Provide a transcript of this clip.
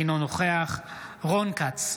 אינו נוכח רון כץ,